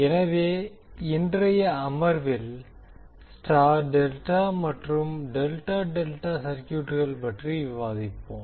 எனவே இன்றைய அமர்வில் Y ∆ மற்றும் ∆∆ சர்க்யூட்கள் பற்றி விவாதிப்போம்